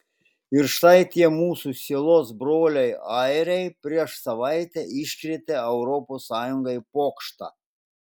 ir štai tie mūsų sielos broliai airiai prieš savaitę iškrėtė europos sąjungai pokštą